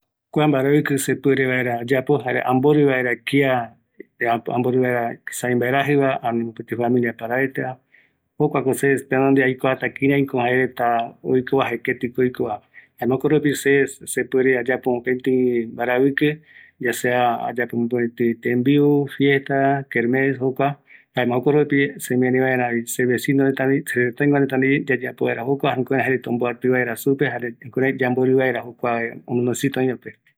Kua mbaravɨvɨ ayapo amporomborɨ vaera, jaeko aikuata mbaera, jare kiapeko ayapota, amombeutako opaete se vecino reta pe, aikuata mbaerupiko oïmeta aipɨ koreepoti amborɨ vaera